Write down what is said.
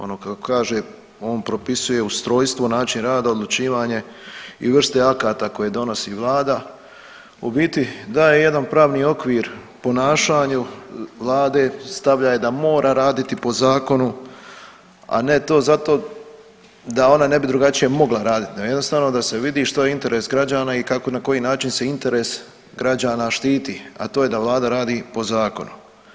Ono kako kaže on propisuje ustrojstvo, način rada, odlučivanje i vrste akata koje donosi vlada u biti daje jedan pravni okvir ponašanju vlade, stavlja je da mora raditi po zakonu, a ne to zato da ona ne bi drugačije mogla raditi nego jednostavno da se vidi što je interes građana i kako, na koji način se interes građana štiti, a to je da vlada radi po zakonu.